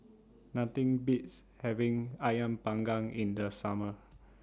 Nothing Beats having Ayam Panggang in The Summer